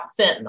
fentanyl